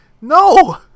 No